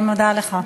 אני מודה לך.